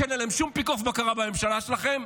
שאין עליהם שום פיקוח ובקרה בממשלה שלכם,